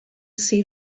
see